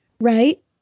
right